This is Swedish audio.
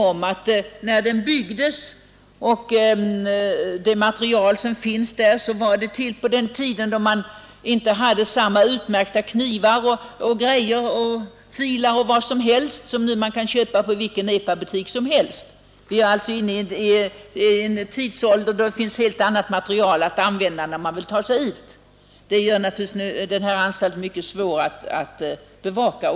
På den tiden när den byggdes hade de intagna inte tillgång till samma utmärkta knivar, filar och andra grejor, som nu kan köpas i vilken Epa-butik som helst. Vi är alltså nu inne i en tidsålder, då det finns ett helt annat material att använda för dem som vill ta sig ut. Detta gör naturligtvis också att denna anstalt är mycket svår att bevaka.